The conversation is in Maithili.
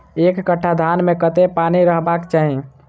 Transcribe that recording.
एक कट्ठा धान मे कत्ते पानि रहबाक चाहि?